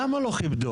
למה לא כיבדו?